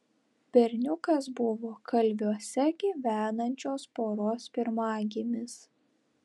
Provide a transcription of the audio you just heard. berniukas buvo kalviuose gyvenančios poros pirmagimis